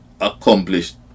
accomplished